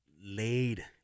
laid